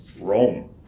Rome